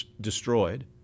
destroyed